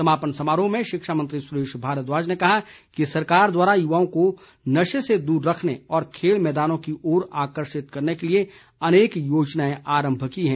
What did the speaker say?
समापन समारोह में शिक्षामंत्री सुरेश भारद्वाज ने कहा कि सरकार द्वारा युवाओं को नशे से दूर रखने और खेल मैदानों की ओर आकर्षित करने के लिए अनेक योजनाएं आरम्भ की हैं